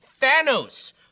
Thanos